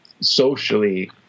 socially